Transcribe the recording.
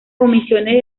comisiones